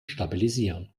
stabilisieren